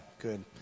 Good